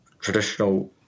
traditional